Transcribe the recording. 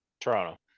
toronto